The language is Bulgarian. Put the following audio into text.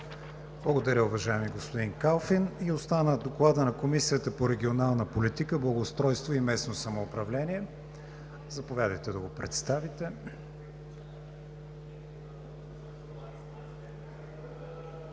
Благодаря, уважаеми господин Калфин. Остана Докладът на Комисията по регионална политика, благоустройство и местно самоуправление. Заповядайте да го представите